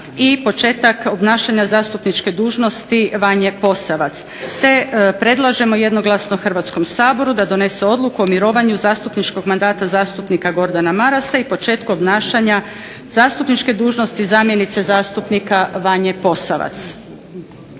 i početak obnašanja zastupničke dužnosti Vanje Posavac te predlažemo jednoglasno Hrvatskom saboru da donese odluku o mirovanju zastupničkog mandata zastupnika Gordana Marasa i početku obnašanja zastupničke dužnosti zamjenice zastupnika Vanje Posavac.